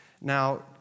Now